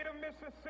Mississippi